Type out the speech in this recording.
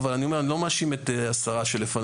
אבל אני אומר: אני לא מאשים את השרה שלפני,